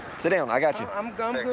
sit down, i got you. i'm good.